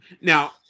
Now